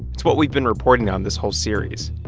it's what we've been reporting on this whole series,